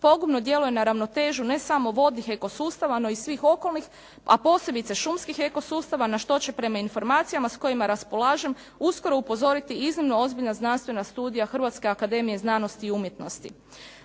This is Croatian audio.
pogubno djeluje na ravnotežu ne samo vodnih eko sustava, no i svih okolnih, a posebice šumskih eko sustava na što će prema informacijama s kojima raspolažem uskoro upozoriti iznimno ozbiljna znanstvena studija Hrvatske akademije znanosti i umjetnosti.